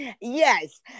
Yes